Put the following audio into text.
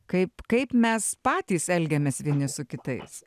kaip kaip mes patys elgiamės vieni su kitais